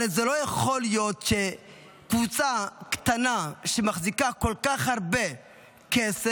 הרי זה לא יכול להיות שקבוצה קטנה מחזיקה כל כך הרבה כסף,